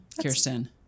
Kirsten